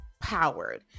powered